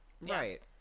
right